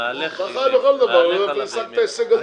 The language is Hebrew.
אתה חי בכל דבר, אבל השגת הישג גדול.